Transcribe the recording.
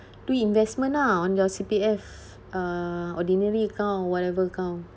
do investment ah on your C_P_F err ordinary account or whatever account